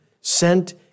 sent